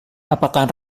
apakah